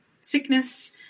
sickness